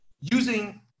using